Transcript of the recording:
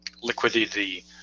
liquidity